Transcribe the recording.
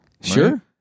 Sure